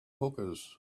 hookahs